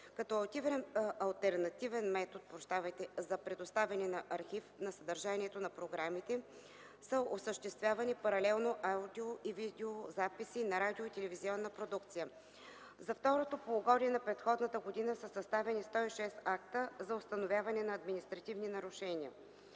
Като алтернативен метод за предоставяне на архив на съдържанието на програмите са осъществявани паралелни аудио- и видеозаписи на радио- и телевизионната продукция. За второто полугодие на предходната година са съставени 106 акта за установяване на административни нарушения